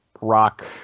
rock